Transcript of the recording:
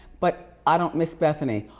but i don't miss bethany.